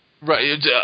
Right